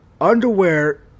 underwear